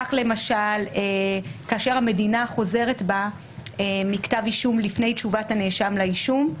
כך למשל כאשר המדינה חוזרת בה מכתב אישום לפני תשובת הנאשם לאישום.